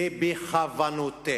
ובכוונותיה.